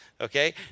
okay